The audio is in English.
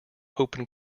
open